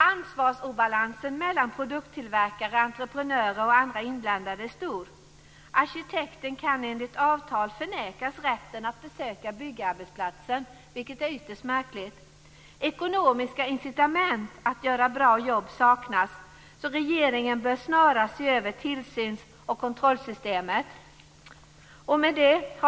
Obalansen i ansvar mellan produkttillverkare, entreprenörer och andra inblandade är stor. Arkitekten kan enligt avtal förnekas rätten att besöka byggarbetsplatsen, vilket är ytterst märkligt. Ekonomiska incitament att göra bra jobb saknas. Regeringen bör snarast se över tillsyns och kontrollsystemet.